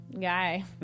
guy